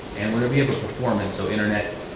and whenever you have a performance, so internet,